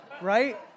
right